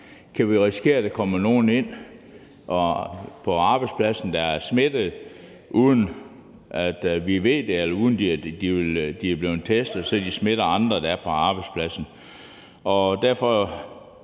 kan vi risikere, at der kommer nogen ind på arbejdspladsen, der er smittede, uden at vi ved det, eller uden at de er blevet testet, så de smitter andre, der er på arbejdspladsen?